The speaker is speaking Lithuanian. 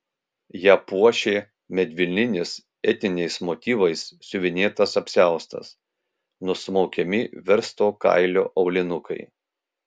ją puošė medvilninis etniniais motyvais siuvinėtas apsiaustas nusmaukiami versto kailio aulinukai